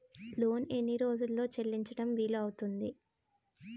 Loan ఎన్ని రోజుల్లో చెల్లించడం వీలు అవుతుంది?